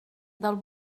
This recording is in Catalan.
del